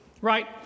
right